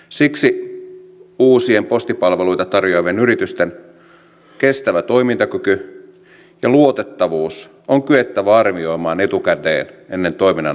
siksi uusien postipalveluita tarjoavien yritysten kestävä toimintakyky ja luotettavuus on kyettävä arvioimaan etukäteen ennen toiminnan alkamista